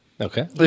Okay